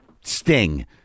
Sting